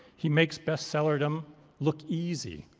he makes best sellerdom look easy.